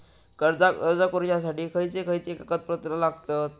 कर्जाक अर्ज करुच्यासाठी खयचे खयचे कागदपत्र लागतत